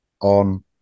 on